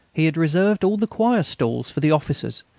he had reserved all the choir-stalls for the officers.